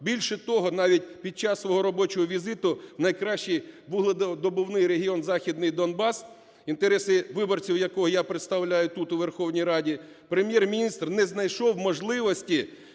Більше того, навіть під час свого робочого візиту в найкращий вугледобувний регіон - Західний Донбас, інтереси виборців якого я представляю тут у Верховній Раді, Прем'єр-міністр не знайшов можливості,